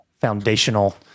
foundational